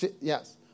Yes